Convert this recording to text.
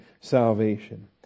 salvation